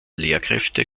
lehrkräfte